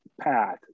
path